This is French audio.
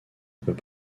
peut